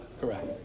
Correct